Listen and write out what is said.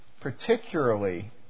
particularly